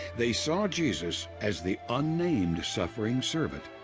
they saw jesus as the unnamed suffering servant.